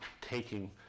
taking